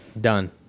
Done